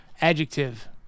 Adjective